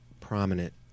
prominent